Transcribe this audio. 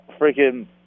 freaking